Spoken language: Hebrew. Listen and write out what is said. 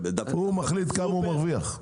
הוא מחליט כמה הוא מרוויח.